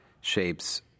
shapes